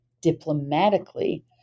diplomatically